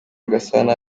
gasana